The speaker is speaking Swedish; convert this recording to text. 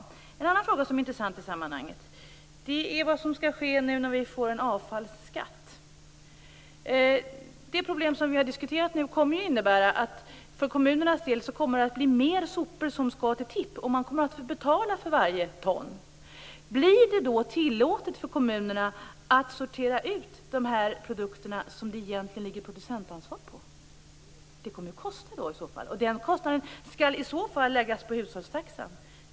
En annan fråga som är intressant i sammanhanget är vad som skall ske när vi nu får en avfallsskatt. Det problem som vi har diskuterat nu kommer att innebära att det för kommunernas del kommer att bli mer sopor som skall till tipp. Man kommer att få betala för varje ton. Blir det då tillåtet för kommunerna att sortera ut de produkter som det egentligen finns ett producentansvar för? Det kommer i så fall att kosta. Den kostnaden skall läggas på hushållstaxan.